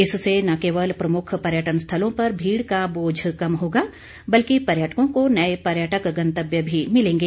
इससे न केवल प्रमुख पर्यटन स्थलों पर भीड़ का बोझ कम होगा बल्कि पर्यटकों को नए पर्यटक गंतव्य भी मिलेंगे